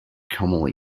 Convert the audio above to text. commonly